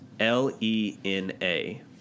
L-E-N-A